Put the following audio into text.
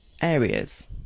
areas